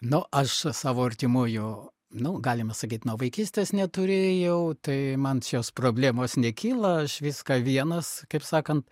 nu aš savo artimųjų nu galima sakyt nuo vaikystės neturėjau tai man šios problemos nekyla aš viską vienas kaip sakant